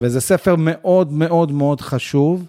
וזה ספר מאוד מאוד מאוד חשוב.